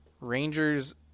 rangers